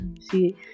see